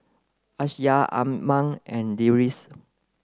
Aisyah Iman and Deris